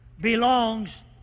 belongs